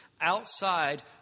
outside